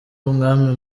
umwami